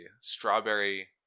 strawberry